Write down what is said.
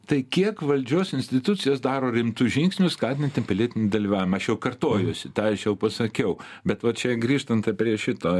tai kiek valdžios institucijos daro rimtus žingsnius skatinti pilietinį dalyvavimą aš jau kartojuosi tą aš jau pasakiau bet vat čia grįžtant prie šito